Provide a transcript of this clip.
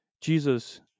Jesus